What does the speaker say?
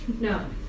No